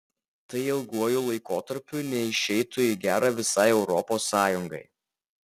tai ilguoju laikotarpiu neišeitų į gera visai europos sąjungai